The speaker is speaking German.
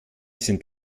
sind